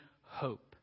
hope